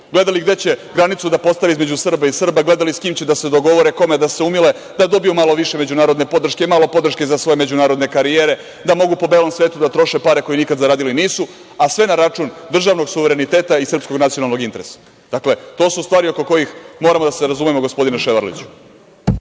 Gledali gde će granicu da postave između Srba i Srba, gledali sa kim će da se dogovore, kome da se umile, da dobiju malo više međunarodne podrške i malo podrške za svoje međunarodne karijere, da mogu po belom svetu da troše pare koje nikad zaradili nisu, a sve na račun državnog suvereniteta i srpskog nacionalnog interesa. Dakle, to su stvari oko kojih moramo da se razumemo, gospodine Ševarliću.